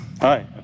Hi